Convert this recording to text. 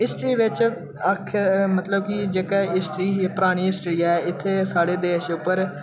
history बिच्च आक्खे मतलब कि जेह्का हिस्टरी ही पुरानी हिस्टरी ऐ इत्थे स्हाड़े देश उप्पर